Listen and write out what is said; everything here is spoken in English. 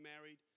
married